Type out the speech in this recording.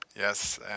Yes